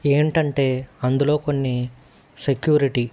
ఏంటంటే అందులో కొన్ని సెక్యూరిటీ